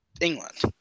England